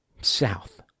south